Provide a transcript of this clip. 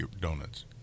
donuts